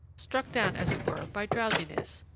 struck down, as it were, by drowsiness,